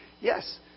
yes